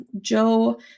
Joe